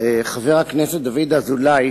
חבר הכנסת דוד אזולאי